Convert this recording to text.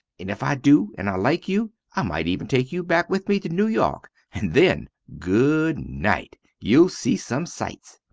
and if i do and i like you i mite even take you back with me to new york, and then goodnite you'll see some sites.